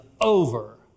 over